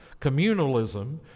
communalism